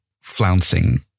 flouncing